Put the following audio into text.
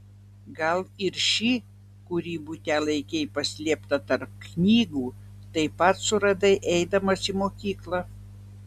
gal ir šį kurį bute laikei paslėptą tarp knygų taip pat suradai eidamas į mokyklą